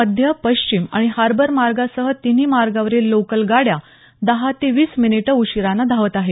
मध्य पश्चिम आणि हार्बर मार्गासह तिन्ही मार्गावरील लोकल गाड्या दहा ते वीस मिनिटं उशिरानं धावतं आहे